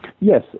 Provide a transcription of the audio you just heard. Yes